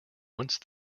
once